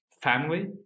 family